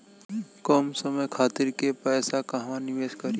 कम समय खातिर के पैसा कहवा निवेश करि?